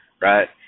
right